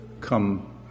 come